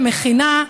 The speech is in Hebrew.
בגיבוש למכינה,